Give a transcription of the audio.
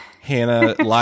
Hannah